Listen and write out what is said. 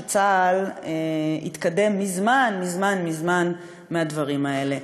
שצה"ל התקדם מזמן מזמן מזמן מהדברים האלה,